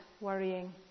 worrying